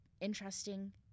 interesting